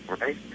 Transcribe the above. Right